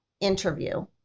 interview